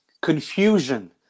confusion